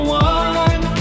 one